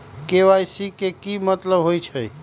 KYC के कि मतलब होइछइ?